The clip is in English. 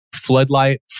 Floodlight